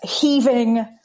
heaving